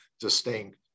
distinct